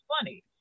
funny